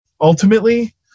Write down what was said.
ultimately